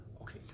Okay